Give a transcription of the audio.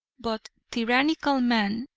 but tyrannical man,